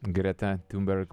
greta tiumberg